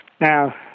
Now